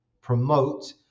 promote